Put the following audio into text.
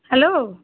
hello